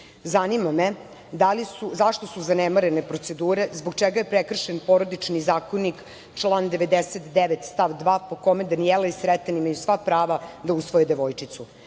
me zašto su zanemarene procedure, zbog čega je prekršen Porodični zakonik član 99. stav 2. po kome Danijela i Sreten imaju sva prava da usvoje devojčicu?